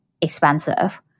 expensive